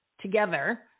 together